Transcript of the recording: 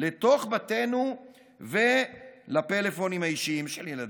לתוך בתינו ולפלאפונים האישיים של ילדינו.